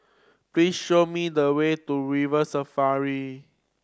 please show me the way to River Safari